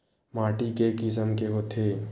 माटी के किसम के होथे?